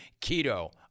keto